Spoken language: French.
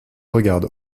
regarde